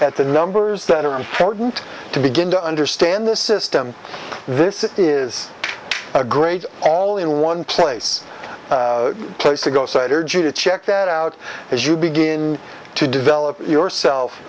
at the numbers that are important to begin to understand the system this is a great all in one place place to go sight or jus to check that out as you begin to develop yourself